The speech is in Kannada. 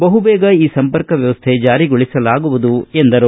ಬಹುಬೇಗ ಈ ಸಂಪರ್ಕ ವ್ಯವಸ್ಟೆ ಜಾರಿಗೊಳಿಸಲಾಗುವುದು ಎಂದರು